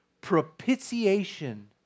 propitiation